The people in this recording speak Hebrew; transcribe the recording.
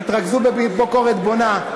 תתרכזו בביקורת בונה,